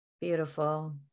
Beautiful